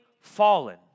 fallen